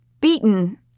beaten